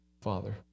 Father